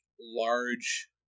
large